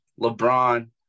LeBron